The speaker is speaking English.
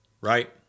right